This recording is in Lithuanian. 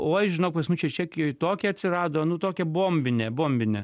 oi žinok pas mus čia čekijoj tokia atsirado nu tokia bombinė bombinė